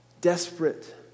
desperate